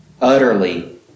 utterly